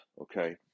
okay